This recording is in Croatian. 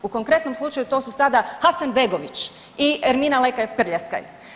U konkretnom slučaju to su sada Hasanbegović i Ermina Lekaj Prljaskaj.